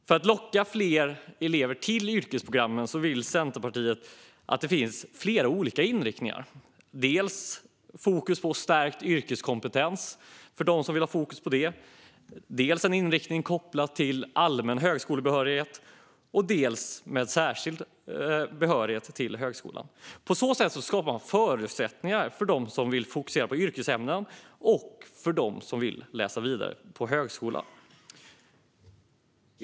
För att locka fler elever till yrkesprogrammen vill Centerpartiet att det ska finnas flera olika inriktningar: dels fokus på stärkt yrkeskompetens, dels en inriktning kopplad till allmän eller särskild högskolebehörighet. På så sätt skapar man förutsättningar både för dem som vill fokusera på yrkesämnen och för dem som vill läsa vidare på högskolan.